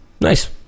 Nice